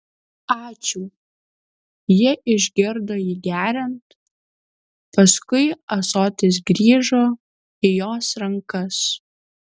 ačiū ji išgirdo jį geriant paskui ąsotis grįžo įjos rankas